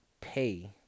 pay